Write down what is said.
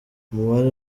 umubare